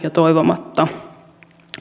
ja toivomatta